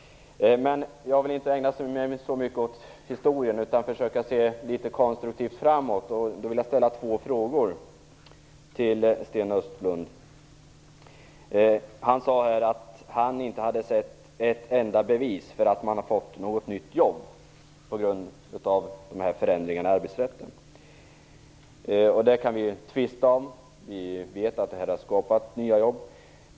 Jag vill inte se så mycket på historien utan blicka framåt litet mera konstruktivt. Jag vill ställa två frågor till Sten Östlund. Han sade att han inte hade sett ett enda bevis för att de förändrade arbetsrättsreglerna har skapat några nya jobb. Detta kan vi tvista om. Jag vet att de har skapat nya jobb.